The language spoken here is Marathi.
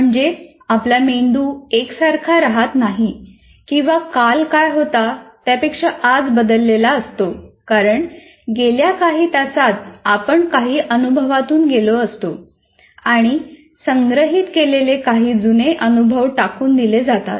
म्हणजे आपला मेंदू एकसारखा रहात नाही किंवा काल काय होता त्यापेक्षा आज बदललेला असतो कारण गेल्या काही तासांत आपण काही अनुभवांतून गेलो असतो आणि संग्रहित केलेले काही जुने अनुभव टाकून दिले जातात